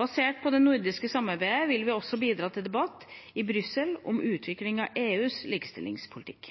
Basert på det nordiske samarbeidet vil vi også bidra til debatten i Brussel om utvikling av EUs likestillingspolitikk.